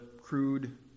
crude